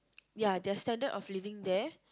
ya their standard of living there